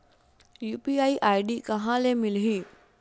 UPI ID कहां ले मिलही?